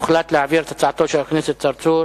הוחלט להעביר את הצעתו של חבר הכנסת צרצור